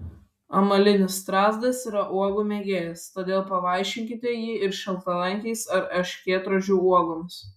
amalinis strazdas yra uogų mėgėjas todėl pavaišinkite jį šaltalankiais ar erškėtrožių uogomis